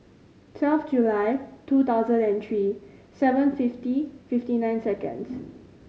twelve July two thousand and three seven fifty fifty nine seconds